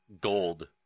gold